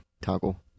toggle